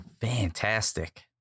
fantastic